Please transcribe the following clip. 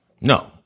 No